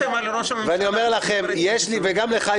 אתם הגנתם על ראש ממשלה --- ואני אומר לכם וגם לך,